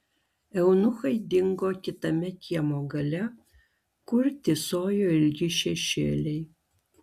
eunuchai dingo kitame kiemo gale kur tįsojo ilgi šešėliai